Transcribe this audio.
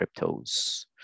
cryptos